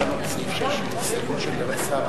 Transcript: סעיף 6, כהצעת הוועדה,